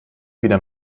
wieder